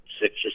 six